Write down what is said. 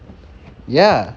ya